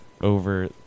over